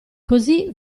così